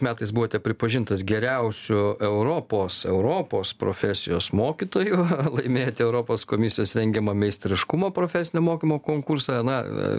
metais buvote pripažintas geriausiu europos europos profesijos mokytoju laimėjote europos komisijos rengiamą meistriškumo profesinio mokymo konkursą na